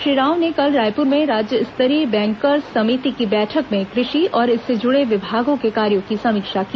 श्री राव ने कल रायपुर में राज्य स्तरीय बैंकर्स समिति की बैठक में कृषि और इससे जुड़े विभागों के कार्यो की समीक्षा की